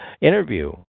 interview